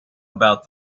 about